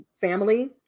family